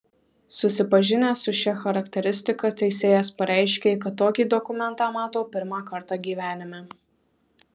susipažinęs su šia charakteristika teisėjas pareiškė kad tokį dokumentą mato pirmą kartą gyvenime